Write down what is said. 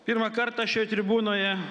pirmą kartą šioj tribūnoje